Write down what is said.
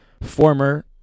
former